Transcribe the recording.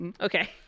Okay